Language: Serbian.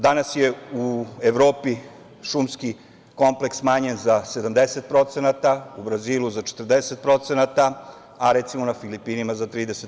Danas je u Evropi šumski kompleks smanjen za 70%, u Brazilu za 40%, a, recimo, na Filipinima za 30%